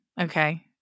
Okay